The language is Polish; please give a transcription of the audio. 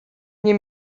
nie